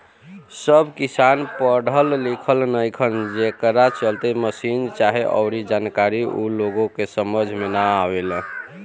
सब किसान पढ़ल लिखल नईखन, जेकरा चलते मसीन चाहे अऊरी जानकारी ऊ लोग के समझ में ना आवेला